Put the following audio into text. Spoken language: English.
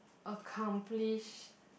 accomplish